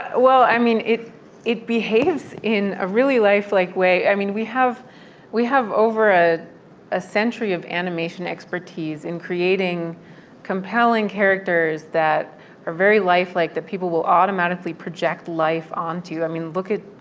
well, i mean, it it behaves in a really lifelike way. i mean, we have we have over ah a century of animation expertise in creating compelling characters that are very lifelike that people will automatically project life onto. i mean, look at,